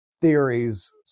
theories